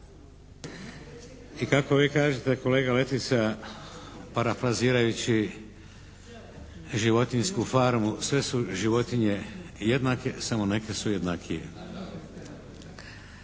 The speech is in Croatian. I kako vi kažete kolega Letica parafrazirajući životinjsku farmu sve su životinje jednake, samo neke su jednakije.